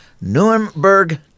Nuremberg